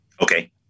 Okay